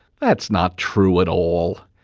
that's not true at all.